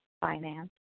finance